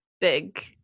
big